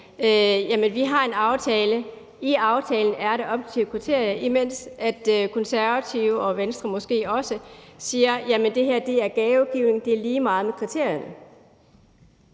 vi har en aftale, og i aftalen er der objektive kriterier, imens Konservative og Venstre måske også siger, at det her er gavegivning, og at det er lige meget med kriterierne.